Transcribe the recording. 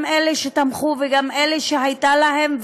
גם אלה שתמכו וגם אלה שהייתה להם,